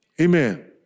Amen